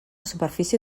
superfície